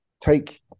Take